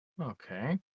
Okay